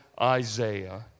Isaiah